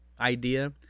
idea